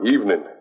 Evening